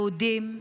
יהודים.